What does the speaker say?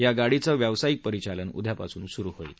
या गाडीचं व्यावसायिक परिचालन उद्यापासून सुरू होईल